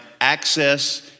access